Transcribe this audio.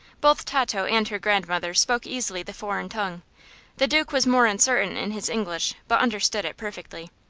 both tato and her grandmother spoke easily the foreign tongue the duke was more uncertain in his english, but understood it perfectly.